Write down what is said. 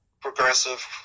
progressive